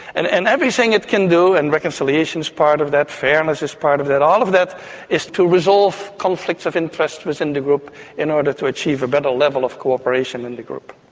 and and everything it can do, and reconciliation is part of that, fairness is part of that, all of that is to resolve conflicts of interest within the group in order to achieve a better level of corporation in the group.